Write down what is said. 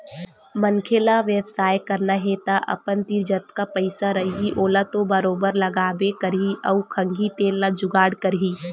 मनखे ल बेवसाय करना हे तअपन तीर जतका पइसा रइही ओला तो बरोबर लगाबे करही अउ खंगही तेन ल जुगाड़ करही